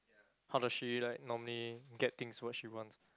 how does she like normally get things what she wants